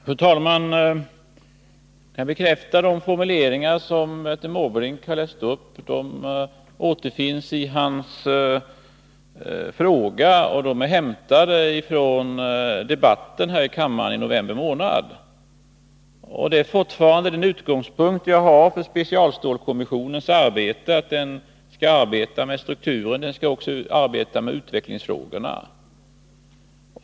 Fru talman! Jag bekräftar de formuleringar som Bertil Måbrink har läst upp. De återfinns i hans fråga, och de är hämtade från debatten här i kammaren i november månad. Min utgångspunkt för specialstålskommissionens arbete är fortfarande att den skall arbeta med strukturoch utvecklingsfrågorna.